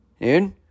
dude